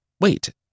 wait